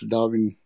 Darwin